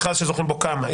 מכרז שזוכים בו כמה,